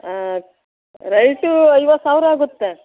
ಹಾಂ ರೈಟೂ ಐವತ್ತು ಸಾವಿರ ಆಗುತ್ತೆ